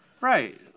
Right